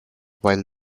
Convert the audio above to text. while